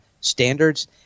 standards